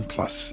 Plus